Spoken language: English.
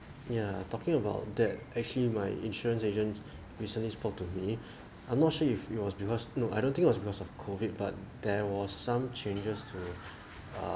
ya talking about that actually my insurance agent recently spoke to me I'm not sure if it was because no I don't think it was because of COVID but there was some changes to uh